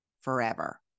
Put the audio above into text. forever